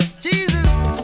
Jesus